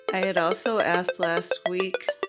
ah had also asked last week,